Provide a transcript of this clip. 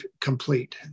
complete